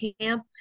camp